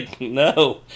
no